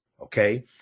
Okay